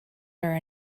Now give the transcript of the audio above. are